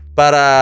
para